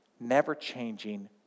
never-changing